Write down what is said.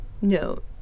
No